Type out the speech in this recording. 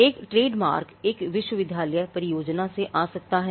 एक ट्रेडमार्क एक विश्वविद्यालय परियोजना से आ सकता है